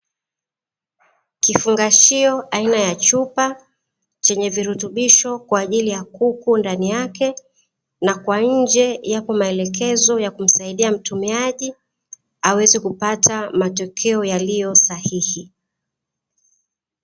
Kifungashio aina ya chupa chenye virutubisho kwa ajili ya kuku ndani yake, na kwa nje yapo maelekezo ya kumsaidia mtumiaji aweze kupata matokeo yaliyo sahihi.